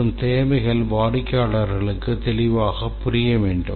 மற்றும் தேவைகள் வாடிக்கையாளர்களுக்கு தெளிவாக புரிய வேண்டும்